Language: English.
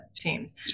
teams